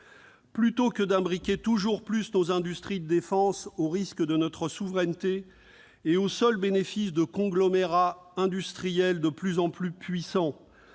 Plutôt que d'imbriquer toujours plus nos industries de défense, au risque de notre souveraineté et au seul bénéfice de conglomérats industriels de plus en plus puissants,